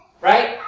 Right